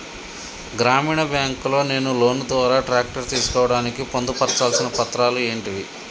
గ్రామీణ బ్యాంక్ లో నేను లోన్ ద్వారా ట్రాక్టర్ తీసుకోవడానికి పొందు పర్చాల్సిన పత్రాలు ఏంటివి?